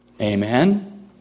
Amen